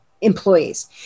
employees